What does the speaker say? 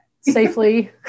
safely